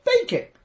baking